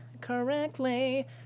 correctly